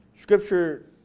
Scripture